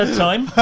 ah time.